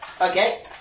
Okay